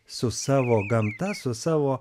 su savo gamta su savo